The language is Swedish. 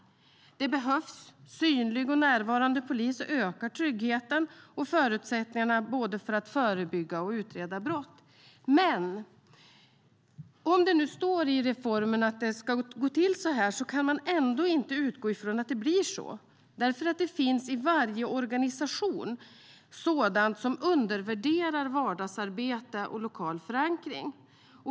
Det behövs. Synlig och närvarande polis ökar tryggheten och förutsättningarna att både förebygga och utreda brott. Men om det nu står i reformen att det ska gå till så här kan man ändå inte utgå från att det blir så, därför att det i varje organisation finns sådant som undervärderar vardagsarbete och lokal förankring.